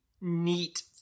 neat